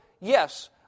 yes